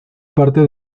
parte